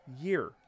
year